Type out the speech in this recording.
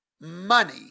money